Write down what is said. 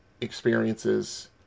experiences